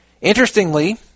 Interestingly